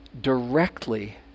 directly